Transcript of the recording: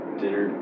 dinner